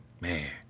man